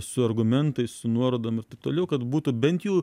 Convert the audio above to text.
su argumentais su nuorodomis taip toliau kad būtų bent jau